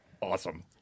awesome